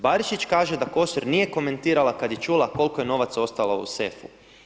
Barišić kaže da Kosor nije komentirala kada je čula koliko je novaca ostalo u sefu.